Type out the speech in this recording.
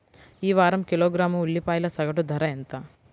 ఈ వారం కిలోగ్రాము ఉల్లిపాయల సగటు ధర ఎంత?